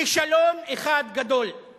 כישלון אחד גדול.